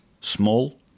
Small